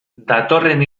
datorren